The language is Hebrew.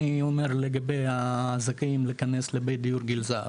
אני אומר לגבי הזכאים להיכנס לבית דיור גיל זהב,